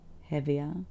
heavier